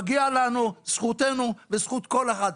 מגיע לנו, זכותנו וזכות כל אחד.